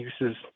uses